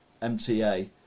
MTA